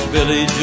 Billy